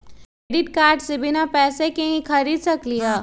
Credit card से बिना पैसे के ही खरीद सकली ह?